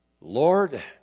Lord